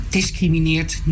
discrimineert